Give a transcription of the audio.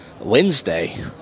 ...Wednesday